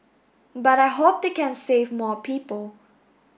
but I hope they can save more people